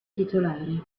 titolare